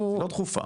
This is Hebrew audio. לא דחופה.